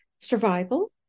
survival